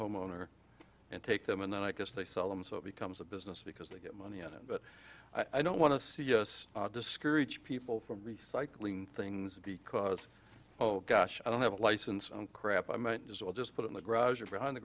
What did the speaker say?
homeowner and take them and then i guess they sell them so it becomes a business because they get money on it but i don't want to see us discourage people from recycling things because oh gosh i don't have a license and crap i might as well just put in the garage